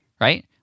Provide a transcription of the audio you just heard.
right